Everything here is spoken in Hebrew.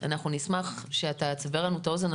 אנחנו נשמח שאתה תסבר לנו את האוזן.